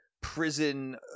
prison